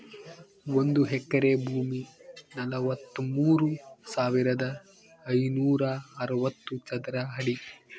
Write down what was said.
ಒಂದು ಎಕರೆ ಭೂಮಿ ನಲವತ್ಮೂರು ಸಾವಿರದ ಐನೂರ ಅರವತ್ತು ಚದರ ಅಡಿ